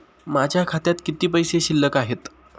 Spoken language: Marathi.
माझ्या खात्यात किती पैसे शिल्लक आहेत?